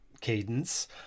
cadence